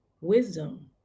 wisdom